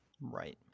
Right